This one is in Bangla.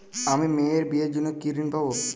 আমি মেয়ের বিয়ের জন্য কি ঋণ পাবো?